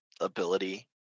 ability